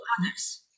others